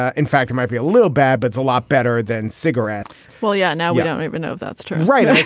ah in fact it might be a little bad. but it's a lot better than cigarettes. well yeah. now we don't even know if that's true. right.